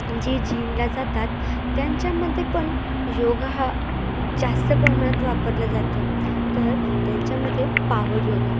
जे जिमला जातात त्यांच्यामध्ये पण योगा हा जास्त प्रमाणात वापरला जातो तर त्यांच्यामध्ये पावर योगा